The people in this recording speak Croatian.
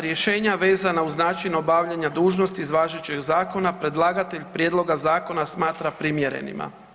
Rješenja vezana uz način obavljanja dužnosti iz važećeg zakona predlagatelj Prijedloga zakona smatra primjerenima.